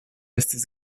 estis